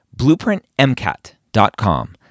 BlueprintMCAT.com